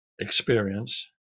experience